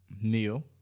Neil